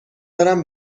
دارم